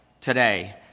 today